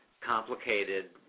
complicated